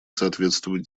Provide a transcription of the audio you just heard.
соответствуют